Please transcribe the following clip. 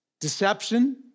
Deception